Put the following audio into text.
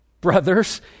Brothers